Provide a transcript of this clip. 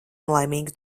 laimīgu